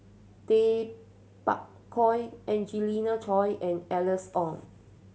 Tay Bak Koi Angelina Choy and Alice Ong